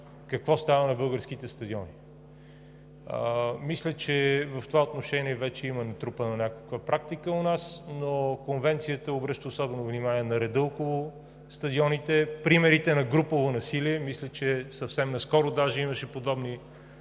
какво става на българските стадиони. Мисля, че в това отношение вече има натрупана някаква практика у нас, но Конвенцията обръща особено внимание на реда около стадионите, примерите на групово насилие – мисля, че съвсем наскоро даже имаше подобни